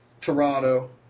Toronto